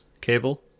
cable